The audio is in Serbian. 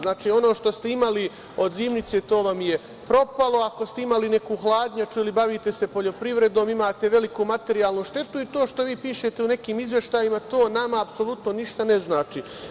Znači, ono što ste imali od zimnice, to vam je propalo, ako ste imali neku hladnjaču ili se bavite poljoprivredom, imate veliku materijalnu štetu i to što vi pišete u nekim izveštajima, to nama apsolutno ništa ne znači.